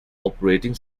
operating